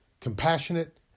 compassionate